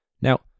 Now